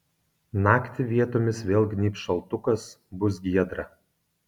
naktį vietomis vėl gnybs šaltukas bus giedra